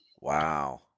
Wow